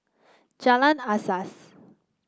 Jalan Asas